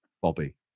Bobby